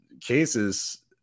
cases